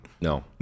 No